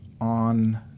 on